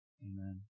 Amen